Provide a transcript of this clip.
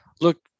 look